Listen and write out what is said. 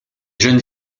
jeunes